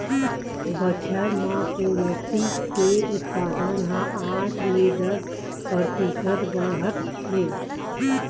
बछर म पोल्टी के उत्पादन ह आठ ले दस परतिसत बाड़हत हे